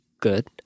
good